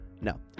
no